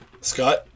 Scott